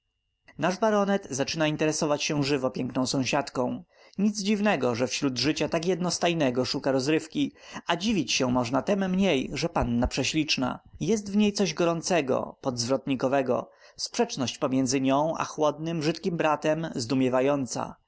nasz baronet zaczyna interesować się żywo piękną sąsiadką nic dziwnego że wśród życia tak jednostajnego szuka rozrywki a dziwić się można tem mniej że panna prześliczna jest w niej coś gorącego podzwrotnikowego sprzeczność pomiędzy nią a chłodnym brzydkim bratem zdumiewająca